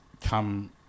come